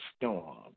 Storm